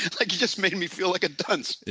like you just made me feel like a dunce.